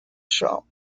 shop